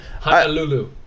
Honolulu